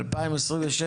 2028-2026,